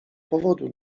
powodu